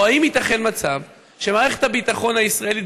או האם ייתכן מצב שמערכת הביטחון הישראלית,